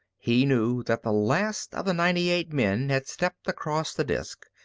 he knew that the last of the ninety-eight men had stepped across the disk,